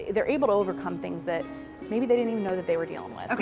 they're able to overcome things that maybe they didn't even know that they were dealing with,